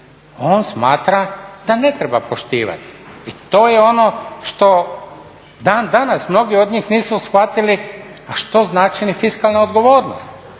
On smatra da ne treba poštivati i to je ono što dan danas mnogi od njih nisu shvatili, a što znači fiskalna odgovornost